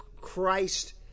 Christ